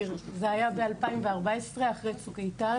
נכון, זה היה ב-2014 אחרי צוק איתן.